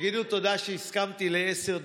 ותגידו תודה שהסכמתי לעשר דקות.